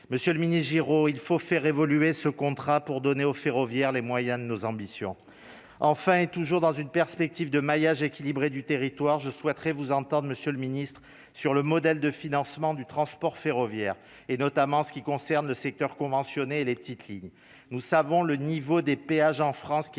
monsieur le mini Giraud, il faut faire évoluer ce contrat pour donner au ferroviaire, les moyens de nos ambitions, enfin, toujours dans une perspective de maillage équilibré du territoire, je souhaiterais vous entendent, Monsieur le Ministre, sur le modèle de financement du transport ferroviaire et notamment en ce qui concerne le secteur conventionné et les petites lignes, nous savons le niveau des péages en France qui